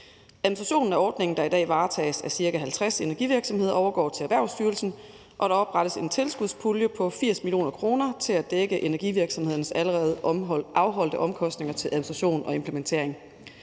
Administrationen af ordningen, der i dag varetages af ca. 50 energivirksomheder, overgår til Erhvervsstyrelsen, og der oprettes en tilskudspulje på 80 mio. kr. til at dække energivirksomhedernes allerede afholdte omkostninger til administration og implementering.